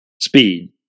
speed